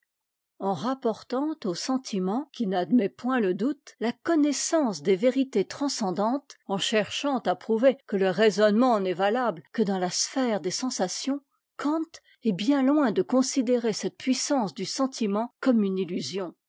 en rapportant au sentiment qui n'admet point le doute la connaissance des vérités transcendantes en cherchant à prouver que le raisonnement n'est valable que dans la sphère des sensations kant est bien loin de considérer cette puissance du sentiment comme une illusion